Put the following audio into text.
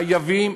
חייבים,